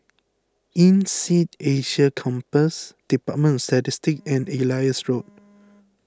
Insead Asia Campus Department Statistics and Elias Road